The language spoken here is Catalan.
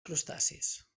crustacis